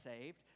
saved